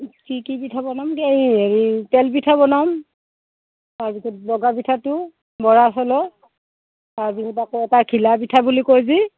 কি কি পিঠা বনাম এই হেৰি তেল পিঠা বনাম তাৰপিছত বগা পিঠাটো বৰা চাউলৰ তাৰপিছত আকৌ এটা ঘিলা পিঠা বুলি কয় যে